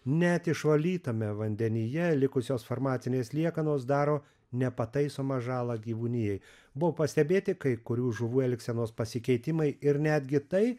net išvalytame vandenyje likusios farmacinės liekanos daro nepataisomą žalą gyvūnijai buvo pastebėti kai kurių žuvų elgsenos pasikeitimai ir netgi tai